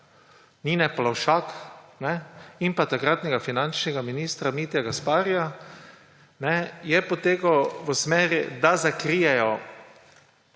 Nine Plavšak in takratnega finančnega ministra Mitja Gasparija, je potekal v smeri, da zakrijejo